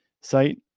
site